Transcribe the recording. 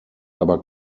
aber